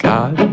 God